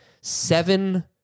seven